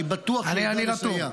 אני בטוח שהוא יכול לסייע.